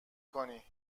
کنی